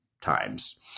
times